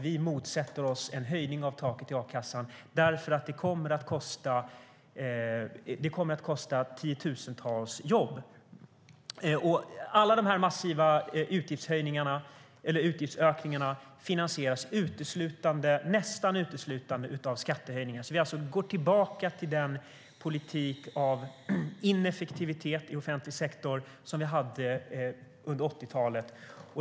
Vi motsätter oss en höjning av taket i a-kassan därför att det kommer att kosta tiotusentals jobb. Alla dessa massiva utgiftsökningar finansieras nästan uteslutande av skattehöjningar. Vi går tillbaka till den politik av ineffektivitet i offentlig sektor som vi hade under 80-talet.